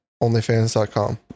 Onlyfans.com